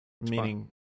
meaning